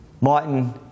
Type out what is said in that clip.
Martin